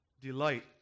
delight